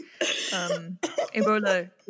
Ebola